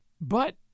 But